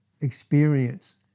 Experience